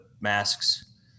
masks